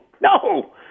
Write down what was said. No